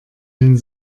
den